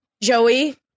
Joey